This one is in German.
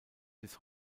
bis